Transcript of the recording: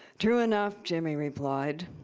true enough jimmy replied,